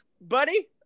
Buddy